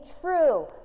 true